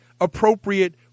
appropriate